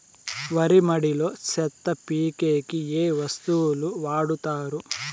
వరి మడిలో చెత్త పీకేకి ఏ వస్తువులు వాడుతారు?